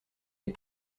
les